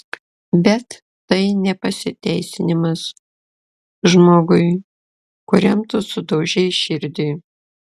bet tai ne pasiteisinimas žmogui kuriam tu sudaužei širdį